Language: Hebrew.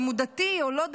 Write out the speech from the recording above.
אם הוא דתי או לא דתי,